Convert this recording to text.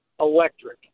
electric